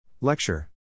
Lecture